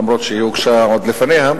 למרות שהיא הוגשה עוד לפניה,